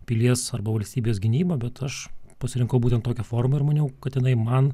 pilies arba valstybės gynyba bet aš pasirinkau būtent tokią formą ir maniau kad jinai man